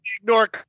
ignore